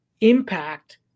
impact